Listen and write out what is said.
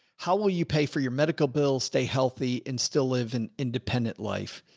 how will you pay for your medical bills, stay healthy and still live an independent life?